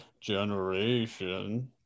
generation